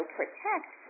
protect